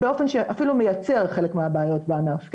באופן שאפילו מייצר חלק מהבעיות בענף,